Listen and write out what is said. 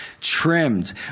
trimmed